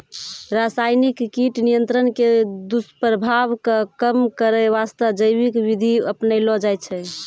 रासायनिक कीट नियंत्रण के दुस्प्रभाव कॅ कम करै वास्तॅ जैविक विधि अपनैलो जाय छै